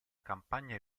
campagna